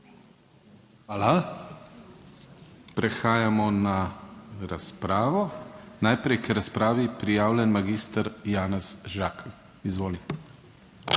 Prehajamo na razpravo, najprej k razpravi prijavljen magister Janez Žakelj. Izvoli.